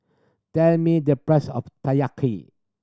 tell me the price of